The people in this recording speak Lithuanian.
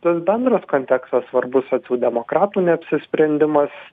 tas bendras kontekstas svarbus socialdemokratų neapsisprendimas